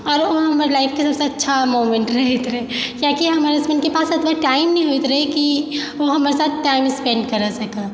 आओर ओ हमर लाइफके सबसँ अच्छा मोमेन्ट रहैत रहय किएक कि हमर हसबैन्डके पास ओतबा टाइम नहि होइत रहय की ओ हमर सङ्ग टाइम स्पैन्ड करऽ सकय